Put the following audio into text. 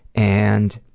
and